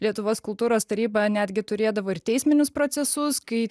lietuvos kultūros taryba netgi turėdavo ir teisminius procesus kai